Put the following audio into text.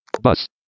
Bus